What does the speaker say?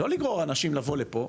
לא לגרור אנשים לבוא לפה,